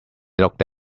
looked